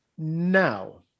Now